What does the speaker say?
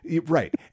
right